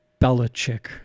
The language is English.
Belichick